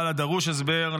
אבל הדרוש הסבר,